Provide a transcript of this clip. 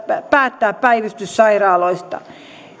päättää päivystyssairaaloista